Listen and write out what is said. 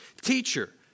teacher